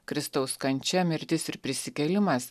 kristaus kančia mirtis ir prisikėlimas